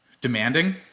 demanding